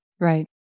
Right